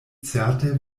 certe